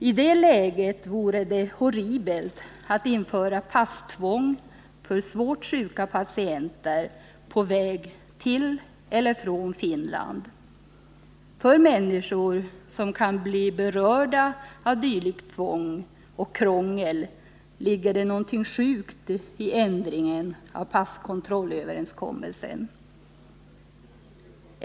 I det läget vore det horribelt att införa passtvång för svårt sjuka patienter på väg till eller från Finland. För människor som kan bli berörda av dylikt tvång och krångel ligger det någonting ”sjukt” i ändringen av passkontrollöverenskommelsen.